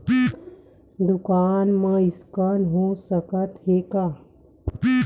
दुकान मा स्कैन हो सकत हे का?